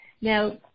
now